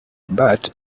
but